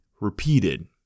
repeated